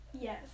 Yes